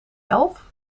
elf